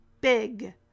Big